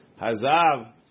Hazav